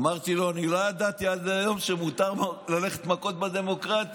אמרתי לו: אני לא ידעתי עד היום שמותר ללכת מכות בדמוקרטיה,